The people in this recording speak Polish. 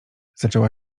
zaczęła